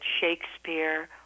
Shakespeare